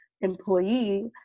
employee